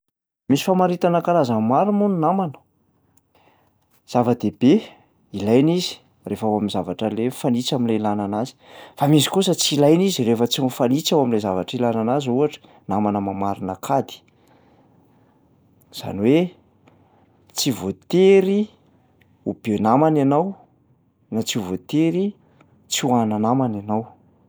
Misy famaritana karazany maro moa ny namana. Zava-dehibe, ilaina izy rehefa ao am'zavatra lay mifanitsy am'lay ilana anazy, fa misy kosa tsy ilaina izy rehefa tsy mifanitsy eo am'lay zavatra ilana anazy ohatra, namana mamarina an-kady. Zany hoe tsy voatery ho be namana ianao no tsy voatery tsy ho ana-namana ianao.